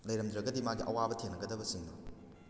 ꯂꯩꯔꯝꯗ꯭ꯔꯒꯗꯤ ꯃꯥꯒꯤ ꯑꯋꯥꯕ ꯊꯦꯡꯅꯒꯗꯕ ꯁꯤꯡꯗꯣ